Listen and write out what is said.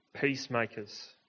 Peacemakers